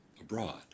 abroad